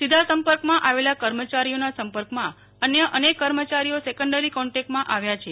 સીધા સંપર્કમાં આવેલા કર્મચારીઓના સંપર્કમાં અન્ય અનેક કર્મચારીઓ સેકન્ડરી કોન્ટેકટમાં આવ્યા છે